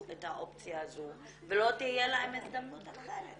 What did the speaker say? את האופציה הזו ולא תהיה להן הזדמנות אחרת.